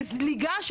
וזליגה,